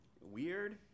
weird